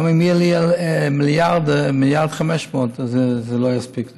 גם אם יהיו לי 1.5 מיליארד זה לא יספיק לי.